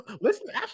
Listen